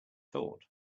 thought